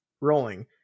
Rolling